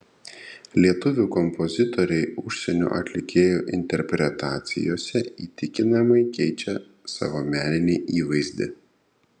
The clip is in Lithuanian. lietuvių kompozitoriai užsienio atlikėjų interpretacijose įtikinamai keičia savo meninį įvaizdį